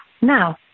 Now